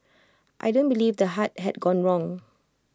I don't believe the heart had gone wrong